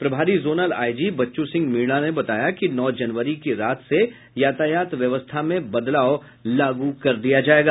प्रभारी zonal IG Bachchu Singh Meena ने बताया कि नौ जनवरी की रात से यातायात व्यवस्था में बदलाव लागू कर दिया जायेगा